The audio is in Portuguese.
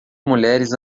mulheres